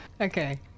Okay